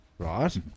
right